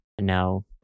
No